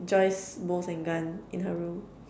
Joy's bows and gun in her room